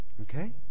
okay